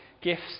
gifts